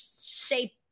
shape